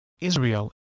Israel